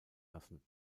lassen